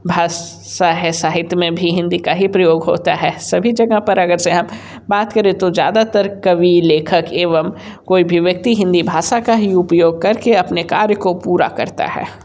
भाषा है साहित्य में भी हिंदी का ही प्रयोग होता है सभी जगह पर अगर से हम बात करें तो ज़्यादातर कवि लेखक एवम कोई भी व्यक्ति हिंदी भाषा का ही उपयोग करके अपने कार्य को पूरा करता है